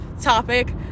topic